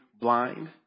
blind